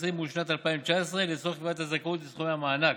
מול שנת 2019 לצורך קביעת הזכאות לסכומי המענק.